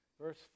Verse